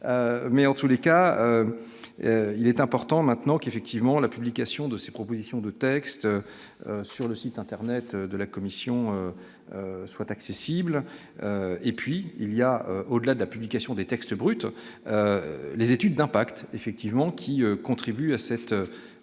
mais en tous les cas, il est important maintenant qu'effectivement la publication de ses propositions de textes sur le site internet de la commission soit accessible et puis il y a au-delà de la publication des textes bruts, les études d'impact effectivement qui contribue à cette nécessaire